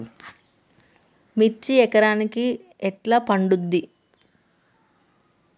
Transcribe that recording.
మిర్చి ఎకరానికి ఎట్లా పండుద్ధి?